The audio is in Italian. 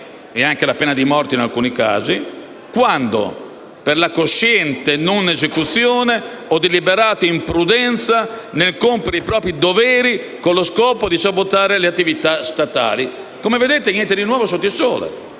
beni (e la pena di morte in alcuni casi) per la cosciente non esecuzione o deliberata imprudenza nel compiere i propri doveri con lo scopo di sabotare le attività statali. Come vedete, niente di nuovo sotto al sole.